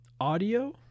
Audio